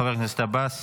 חבר הכנסת עבאס.